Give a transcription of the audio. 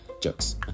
jokes